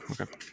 okay